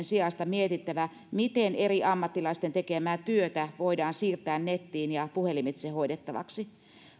sijasta mietittävä miten eri ammattilaisten tekemää työtä voidaan siirtää nettiin ja puhelimitse hoidettavaksi